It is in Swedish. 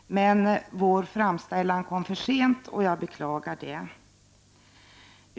Men vår framställan kom för sent, och jag beklagar det.